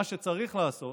מה שצריך לעשות